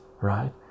right